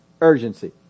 urgency